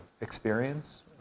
experience